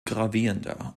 gravierender